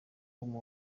uwo